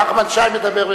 אבל נחמן שי מדבר,